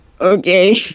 Okay